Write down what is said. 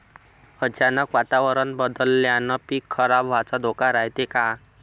अचानक वातावरण बदलल्यानं पीक खराब व्हाचा धोका रायते का?